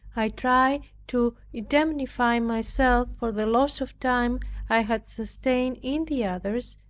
i tried to indemnify myself for the loss of time i had sustained in the others,